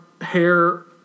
hair